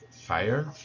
fire